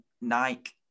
Nike